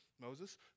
Moses